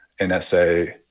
NSA